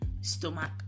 stomach